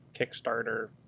kickstarter